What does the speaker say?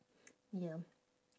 ya